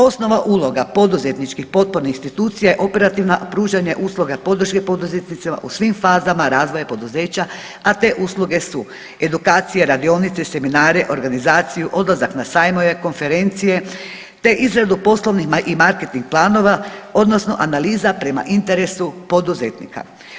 Osnovna uloga poduzetničkih potpornih institucija je operativna, pružanje usluge podrške poduzetnicima u svim fazama razvoja poduzeća, a te usluge su edukacije, radionice, seminare, organizaciju, odlazak na sajmove, konferencije te izradu poslovnih i marketing planova odnosno analiza prema interesu poduzetnika.